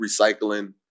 recycling